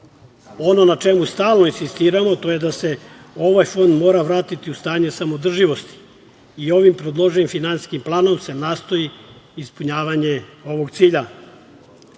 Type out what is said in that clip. Ono na čemu stalno insistiramo, to je da se ovaj fond mora vratiti u stanje samoodrživosti i ovim predloženim finansijskim planom se nastoji ispunjavanje ovog cilja. Iako